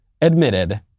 admitted